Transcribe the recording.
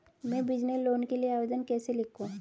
मैं business loan के लिए आवेदन कैसे लिखूँ?